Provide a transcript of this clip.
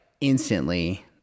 instantly